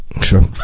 sure